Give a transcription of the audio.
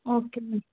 okay madam